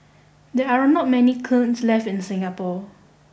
there are not many kilns left in Singapore